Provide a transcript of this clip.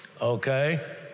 okay